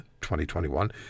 2021